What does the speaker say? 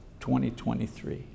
2023